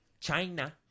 China